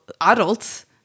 adults